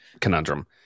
conundrum